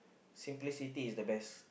simplicity is the best